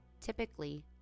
Typically